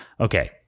okay